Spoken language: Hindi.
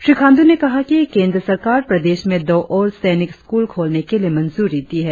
श्री खांडू ने कहा कि केंद्र सरकार प्रदेश में दो और सैनिक स्कूल खोलने के लिए मंजूरी दी है